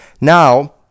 Now